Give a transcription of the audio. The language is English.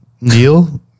Neil